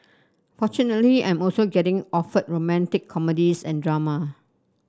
fortunately I'm also getting offered romantic comedies and drama